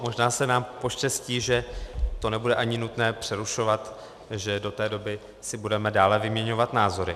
Možná se nám poštěstí, že to nebude ani nutné přerušovat, že do té doby si budeme dále vyměňovat názory.